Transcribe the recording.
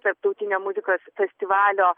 tarptautinio muzikos festivalio